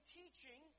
teaching